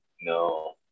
No